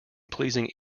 pleasing